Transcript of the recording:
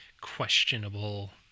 questionable